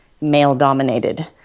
male-dominated